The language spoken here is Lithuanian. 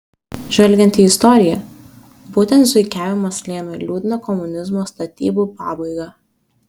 žvelgiant į istoriją būtent zuikiavimas lėmė liūdną komunizmo statybų pabaigą